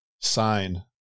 sign